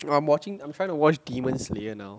I'm watching I'm trying to watch demon slayer now